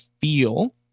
feel